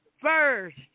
first